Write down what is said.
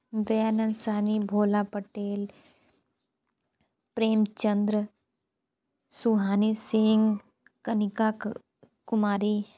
Dayanand Sahni Bhola Patel Premchandra Suhani Singh Kanika Kumari